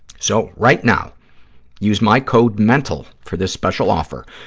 so, right now use my code mental for this special offer.